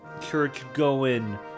church-going